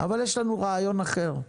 אבל יש רעיון אחר: